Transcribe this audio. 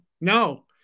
No